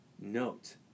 Note